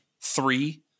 three